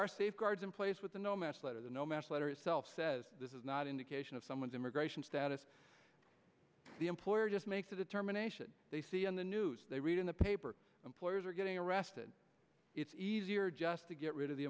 are safeguards in place with the no match letters no match letter itself says this is not indication of someone's immigration status the employer just makes the determination they see on the news they read in the paper employers are getting arrested it's easier just to get rid of the